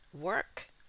work